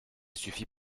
suffit